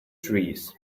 trees